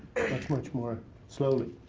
much, much more slowly.